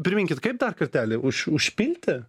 priminkit kaip dar kartelį už užpilti